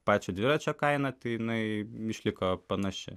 pačio dviračio kaina tai jinai išliko panaši